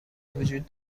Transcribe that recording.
وجود